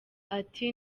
ati